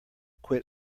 quit